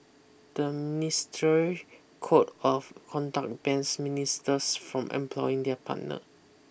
the ministerial code of conduct bans ministers from employing their partner